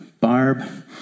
Barb